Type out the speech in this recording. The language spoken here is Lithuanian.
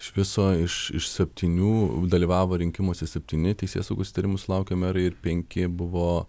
iš viso iš iš septynių dalyvavo rinkimuose septyni teisėsaugos įtarimų sulaukę merai ir penki buvo